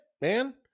man